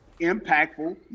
impactful